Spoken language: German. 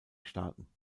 staaten